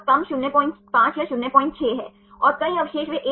तो वहाँ नकारात्मक है और सकारात्मक dihedrals हैं